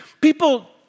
people